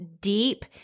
deep